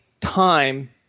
time